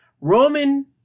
Roman